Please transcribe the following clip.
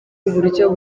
uburyo